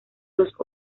los